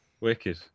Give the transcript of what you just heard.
Wicked